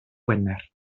wener